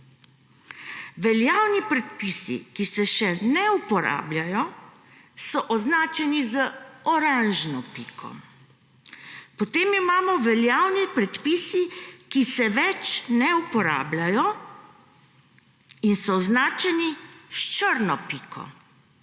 Veljavni predpisi, ki se še ne uporabljajo, so označeni z oranžno piko. Potem imamo veljavne predpise, ki se več ne uporabljajo in so označeni s črno piko.